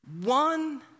one